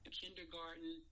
kindergarten